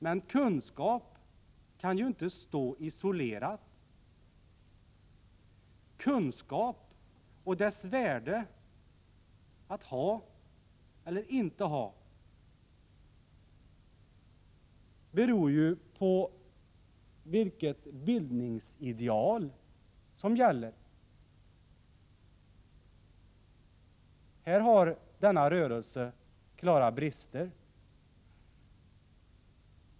Men kunskapen kan ju inte stå isolerad. Kunskapen och dess värde — om man har kunskap eller inte — beror ju på vilket bildningsideal som gäller. Här har denna rörelse klara brister.